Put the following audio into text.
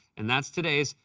and that's today's.